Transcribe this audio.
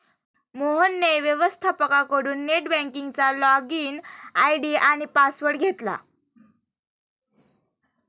मोहनने व्यवस्थपकाकडून नेट बँकिंगचा लॉगइन आय.डी आणि पासवर्ड घेतला